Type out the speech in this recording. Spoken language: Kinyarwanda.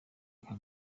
aka